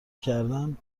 کردن